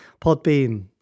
Podbean